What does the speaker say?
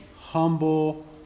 humble